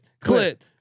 Clit